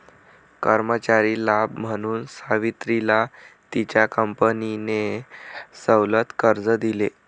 कर्मचारी लाभ म्हणून सावित्रीला तिच्या कंपनीने सवलत कर्ज दिले